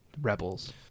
rebels